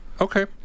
Okay